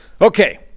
Okay